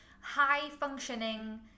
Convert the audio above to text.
high-functioning